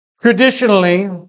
traditionally